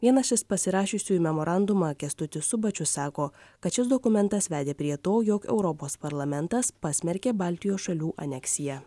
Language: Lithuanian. vienas is pasirašiusiųjų memorandumą kęstutis subačius sako kad šis dokumentas vedė prie to jog europos parlamentas pasmerkė baltijos šalių aneksiją